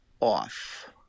off